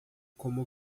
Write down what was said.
como